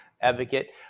advocate